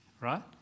right